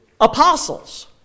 apostles